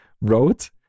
wrote